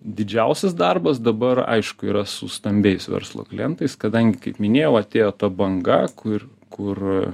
didžiausias darbas dabar aišku yra su stambiais verslo klientais kadangi kaip minėjau atėjo ta banga kur kur